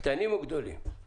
קטנים או גדולים?